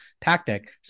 tactic